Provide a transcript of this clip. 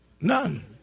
None